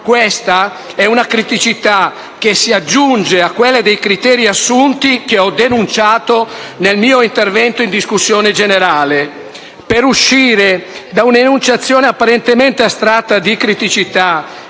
Questa è una criticità che si aggiunge a quella dei criteri assunti, che ho denunciato nel mio intervento in discussione generale. Per uscire da un'enunciazione apparentemente astratta di criticità